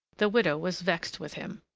the widow was vexed with him.